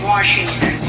Washington